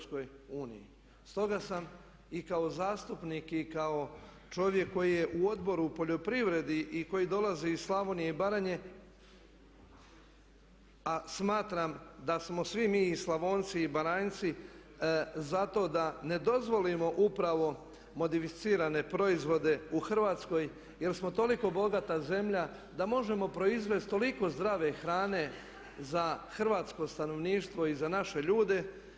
Stoga sam i kao zastupnik i kao čovjek koji je u Odboru u poljoprivredi i koji dolazi iz Slavonije i Baranje a smatram da smo svi mi i Slavonci i Baranjci zato da ne dozvolimo upravo modificirane proizvode u Hrvatskoj jer smo toliko bogata zemlja da možemo proizvesti toliko zdrave hrane za hrvatsko stanovništvo i za naše ljude.